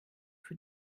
für